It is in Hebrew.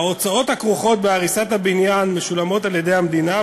ההוצאות הכרוכות בהריסת הבניין משולמות על-ידי המדינה,